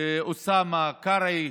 אוסאמה, קרעי,